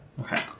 Okay